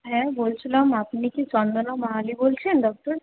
হ্যাঁ বলছিলাম আপনি কি চন্দনা মাহালি বলছেন ডক্টর